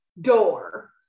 door